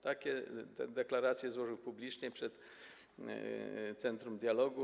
Takie deklaracje złożył publicznie przed centrum dialogu.